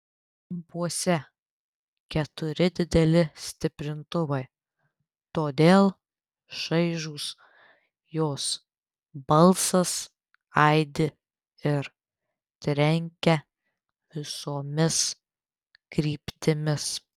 kampuose keturi dideli stiprintuvai todėl šaižus jos balsas aidi ir trenkia visomis kryptimis